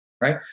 Right